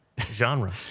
genre